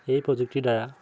এই প্ৰযুক্তিৰ দ্বাৰা